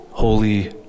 Holy